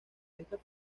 estas